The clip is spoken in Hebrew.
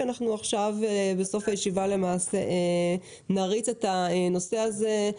כי בסוף הישיבה נריץ את הנושא הזה,